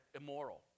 immoral